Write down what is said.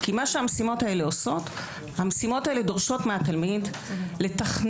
כי מה שהמשימות האלה עושות הוא שהן דורשות מהתלמיד לתכנן.